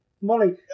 Molly